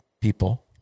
people